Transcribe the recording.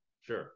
Sure